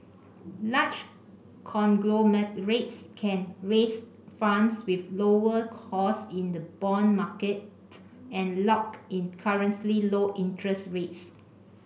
large conglomerates can raise funds with lower cost in the bond market and lock in currently low interest rates